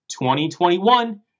2021